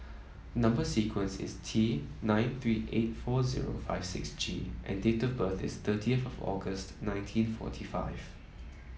number sequence is T nine three eight four zero five six G and date of birth is thirtieth of August nineteen forty five